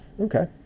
Okay